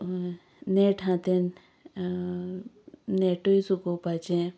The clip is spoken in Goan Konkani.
नेट आसा तें नेटूय सुकोवपाचें